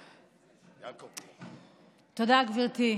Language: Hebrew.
תודה, גברתי.